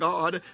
God